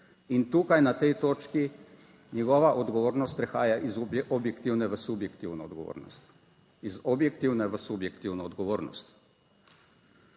In tukaj, na tej točki njegova odgovornost prehaja iz objektivne v subjektivno odgovornost. Iz objektivne v subjektivno odgovornost.